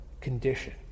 condition